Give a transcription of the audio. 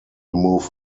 move